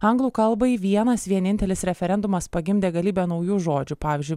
anglų kalbai vienas vienintelis referendumas pagimdė galybę naujų žodžių pavyzdžiui